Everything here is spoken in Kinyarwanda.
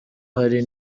hari